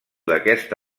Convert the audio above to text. d’aquest